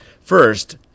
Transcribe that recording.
First